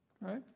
Right